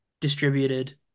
distributed